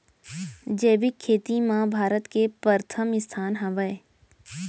जैविक खेती मा भारत के परथम स्थान हवे